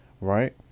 right